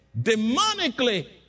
demonically